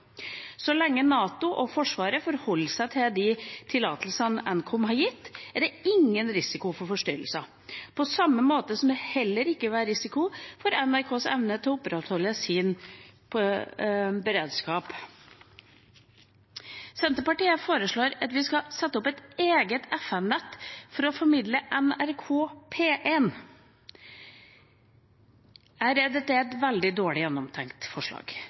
Så lenge NATO og Forsvaret forholder seg til de tillatelsene Nkom har gitt, er det ingen risiko for forstyrrelser. På samme måte vil det heller ikke være risiko for NRKs evne til å opprettholde sin beredskap. Senterpartiet foreslår at vi skal sette opp et eget FM-nett for å formidle NRK P1. Jeg er redd dette er et veldig dårlig gjennomtenkt forslag.